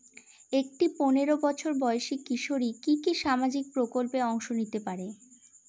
একটি পোনেরো বছর বয়সি কিশোরী কি কি সামাজিক প্রকল্পে অংশ নিতে পারে?